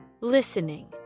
listening